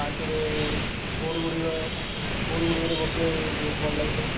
ପାର୍କରେ ବୋର୍ଡ଼ ଗୁଡ଼ିକ ବୋର୍ଡ଼ ଗୁଡ଼ିକରେ ବସିବାକୁ ବହୁତ ଭଲ ଲାଗିଥାଏ